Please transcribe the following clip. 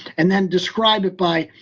and then describe it by,